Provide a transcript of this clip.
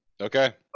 Okay